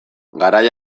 garai